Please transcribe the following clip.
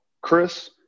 Chris